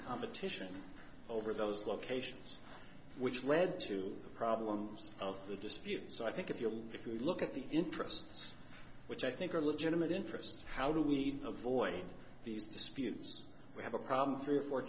competition over those locations which led to the problems of the dispute so i think if you look if you look at the interest which i think are legitimate interest how do we need to avoid these disputes we have a problem three or four